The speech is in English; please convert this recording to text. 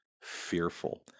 fearful